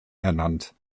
ernannt